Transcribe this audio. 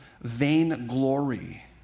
vainglory